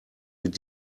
mit